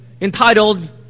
entitled